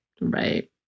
Right